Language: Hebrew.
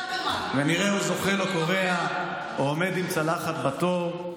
"ונראהו זוחל או כורע / או עומד עם צלחת בתור / ונדע: